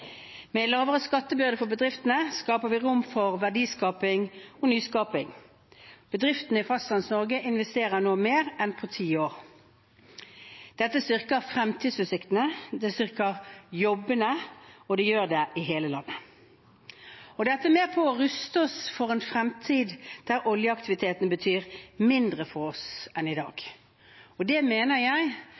en lavere skattebyrde for bedriftene skaper vi rom for verdiskaping og nyskaping. Bedriftene i Fastlands-Norge investerer nå mer enn på 10 år. Dette styrker fremtidsutsiktene, det styrker jobbene – og det gjør det i hele landet. Dette er med på å ruste oss for en fremtid der oljeaktiviteten betyr mindre for oss enn i dag. Det mener jeg